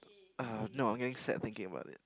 uh no I'm getting sad thinking about it